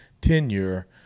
tenure